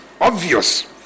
obvious